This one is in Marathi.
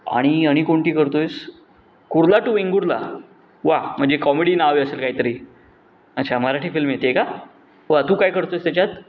आणि आणि कोणती करतो आहेस कुर्ला टू वेंगुर्ला वा म्हणजे कॉमेडी नावे असेल काहीतरी अच्छा मराठी फिल्म येते का वा तू काय करतो आहेस त्याच्यात